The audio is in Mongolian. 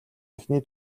эхний